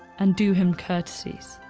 and do him courtesies.